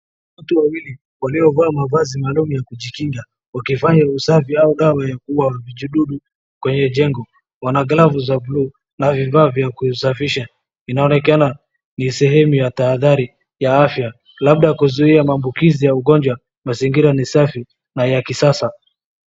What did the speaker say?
Watu wawili waliovaa mavazi maalumu ya kujikinga wakifanya usafi au dawa ya kuuwa vijidudu kwenye jengo. Wana glavu za bluu na vifaa vya kuisafisha. Inaonekana ni sehemu ya tahadhari ya afya labda kuzuia maambukizi ya ugonjwa, mazingira ni safi na ya kisasa.